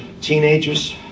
teenagers